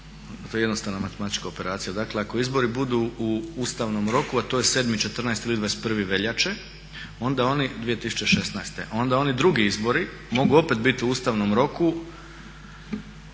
to je jednostavna matematička operacija. Dakle ako izbori budu u ustavnom roku, a to je 7., 14. ili 21.veljače 2016.onda oni drugi izbori mogu opet biti u ustavnom roku